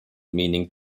meaning